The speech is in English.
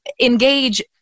engage